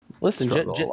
Listen